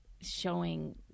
showing